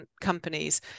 companies